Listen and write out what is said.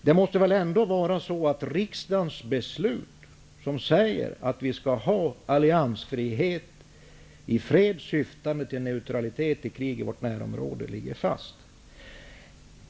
Det måste väl ändå vara så att riksdagens beslut, som säger att vi skall ha alliansfrihet i fred syftande till neutralitet i krig i vårt närområde, ligger fast?